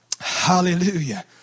Hallelujah